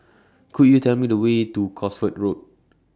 Could YOU Tell Me The Way to Cosford Road